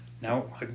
now